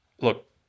look